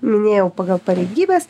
minėjau pagal pareigybes